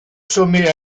sommet